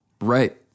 Right